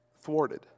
thwarted